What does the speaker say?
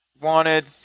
wanted